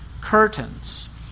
curtains